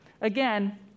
again